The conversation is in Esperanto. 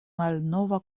malnova